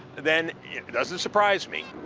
then it doesn't surprise me.